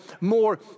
more